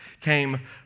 came